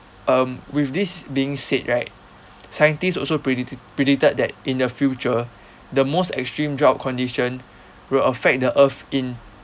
um with this being said right scientists also predict~ predicted that in the future the most extreme drought condition will affect the earth in